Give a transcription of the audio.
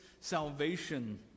salvation